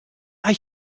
are